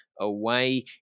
away